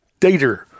Dater